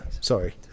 Sorry